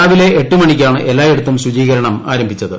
രാവിലെ എട്ടുമ്ണിക്കാണ് എല്ലായിടത്തും ശുചീകരണം ആരംഭിച്ചത്